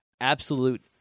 Absolute